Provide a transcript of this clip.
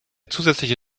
zusätzliche